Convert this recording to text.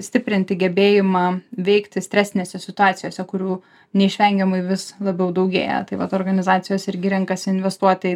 stiprinti gebėjimą veikti stresinėse situacijose kurių neišvengiamai vis labiau daugėja tai vat organizacijos irgi renkasi investuoti į